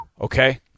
okay